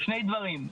שני דברים.